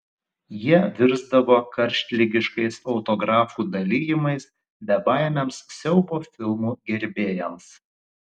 jie virsdavo karštligiškais autografų dalijimais bebaimiams siaubo filmų gerbėjams